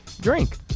Drink